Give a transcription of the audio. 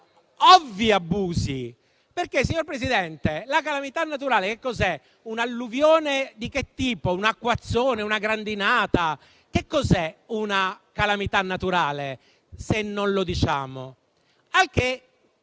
ovvi abusi. Signor Presidente, la calamità naturale, infatti, che cos'è? Un'alluvione di che tipo? Un acquazzone, una grandinata? Che cos'è una calamità naturale, se non lo diciamo?